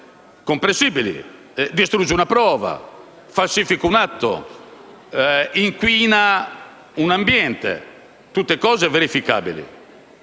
comprensibili; distrugge una prova, falsifica un atto, inquina un ambiente. Tutte cose verificabili.